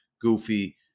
goofy